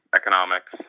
economics